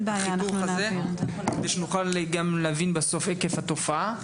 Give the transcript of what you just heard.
כדי שנוכל להבין את היקף התופעה.